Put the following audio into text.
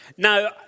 Now